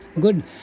good